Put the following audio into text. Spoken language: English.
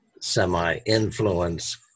semi-influence